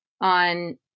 on